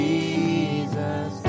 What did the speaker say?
Jesus